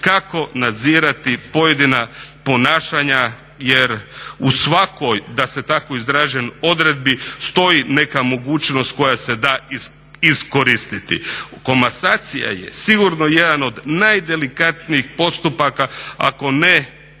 kako nadzirati pojedina ponašanja jer u svakoj da se tako izrazim odredbi stoji neka mogućnost koja se da iskoristiti. Komasacija je sigurno jedan od najdelikatnijih postupaka, ako ne